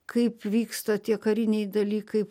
kaip vyksta tie kariniai dalykai